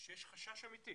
יש חשש אמיתי